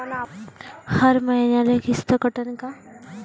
हर मईन्याले किस्त कटन का?